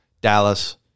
Dallas